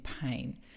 pain